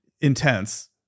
intense